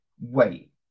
wait